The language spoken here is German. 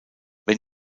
wenn